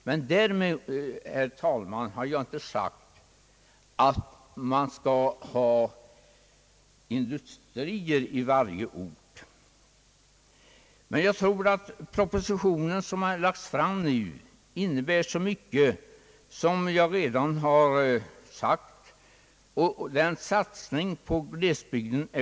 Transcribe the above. Men därmed, herr talman, har jag inte sagt att det skall finnas industrier i varje ort. Mycket av vad som föreslagits i statsverkspropositionen innebär, som jag redan har sagt, en glädjande satsning på glesbygden.